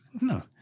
No